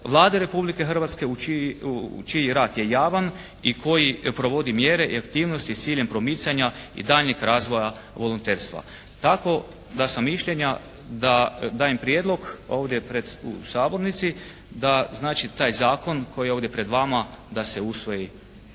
Vlade Republike Hrvatske čiji rad je javan i koji provodi mjere i aktivnosti s ciljem promicanja i daljnjeg razvoja volonterstva. Tako da sam mišljenja da dajem prijedlog ovdje u sabornici da znači taj zakon koji je ovdje pred vama da se usvoji.